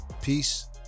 Peace